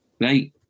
Right